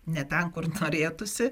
ne ten kur norėtųsi